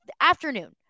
afternoon